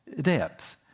depth